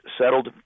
settled